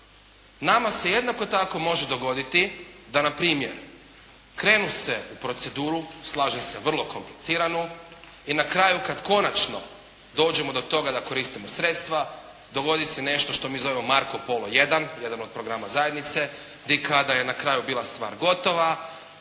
Nama se jednako tako može dogoditi da npr. krene se u proceduru, slažem se vrlo kompliciranu, i na kraju kada konačno dođemo do toga da koristimo sredstva dogodi se nešto što mi zove Marko Polo I, jedan od programa zajednice i kada je na kraju bila stvar gotova